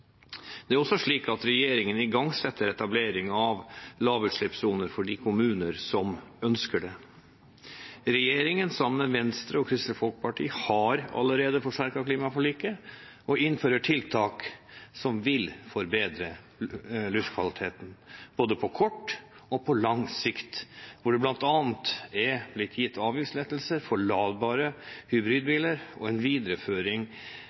Det er også slik at regjeringen igangsetter etablering av lavutslippssoner for de kommunene som ønsker det. Regjeringen har sammen med Venstre og Kristelig Folkeparti allerede forsterket klimaforliket og innfører tiltak som vil forbedre luftkvaliteten, både på kort og på lang sikt. Det er bl.a. blitt gitt avgiftslettelser for ladbare hybridbiler og en videreføring